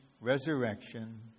resurrection